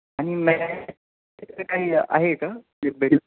आणि काही आहे का